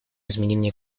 изменения